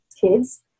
kids